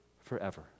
forever